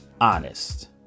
honest